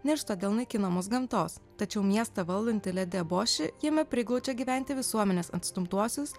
niršta dėl naikinamos gamtos tačiau miestą valdanti ledi aboši jame priglaudžia gyventi visuomenės atstumtuosius